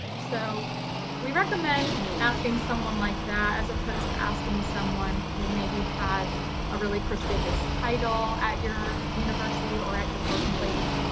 so we recommend asking someone like that, as opposed to asking someone who maybe has a really prestigious title at your university or at your workplace.